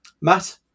Matt